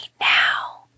now